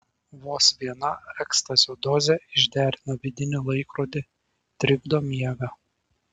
vos viena ekstazio dozė išderina vidinį laikrodį trikdo miegą